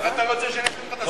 אם זה מה שיש לך מולי.